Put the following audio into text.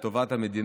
את טובת המדינה,